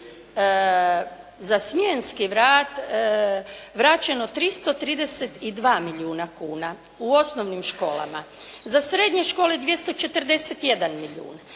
za smjenski rad vraćeno 332 milijuna kuna u osnovnim školama. Za srednje škole 241 milijun,